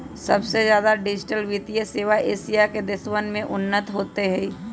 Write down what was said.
सबसे ज्यादा डिजिटल वित्तीय सेवा एशिया के देशवन में उन्नत होते हई